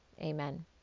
amen